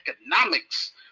economics